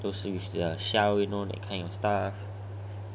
those with the shell you know that kind of stuff